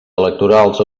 electorals